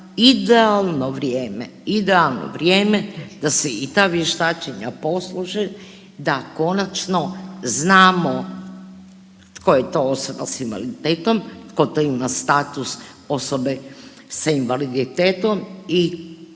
idealno vrijeme da se i ta vještačenja poslože da konačno znamo tko je to osoba s invaliditetom, tko to ima status osobe sa invaliditetom i